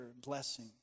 blessing